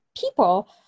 people